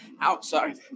outside